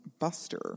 Buster